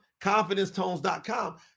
ConfidenceTones.com